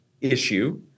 issue